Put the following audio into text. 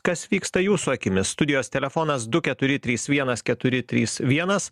kas vyksta jūsų akimis studijos telefonas du keturi trys vienas keturi trys vienas